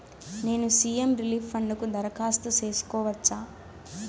నేను CM relief fund కు దరఖాస్తు సేసుకోవచ్చా?